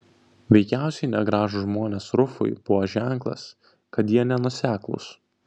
veikiausiai negražūs žmonės rufui buvo ženklas kad jie nenuoseklūs